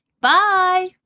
Bye